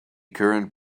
current